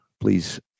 please